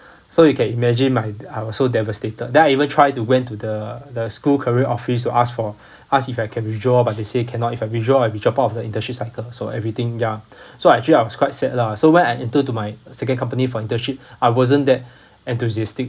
so you can imagine my I was so devastated then I even try to went to the the school career office to ask for ask if I can withdraw but they say cannot if I withdraw I will be dropped out of the internship cycle so everything ya so actually I was quite sad lah so when I enter into my second company for internship I wasn't that enthusiastic